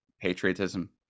patriotism